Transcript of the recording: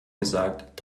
gesagt